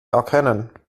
erkennen